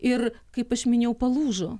ir kaip aš minėjau palūžo